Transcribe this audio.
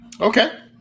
Okay